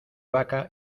vaca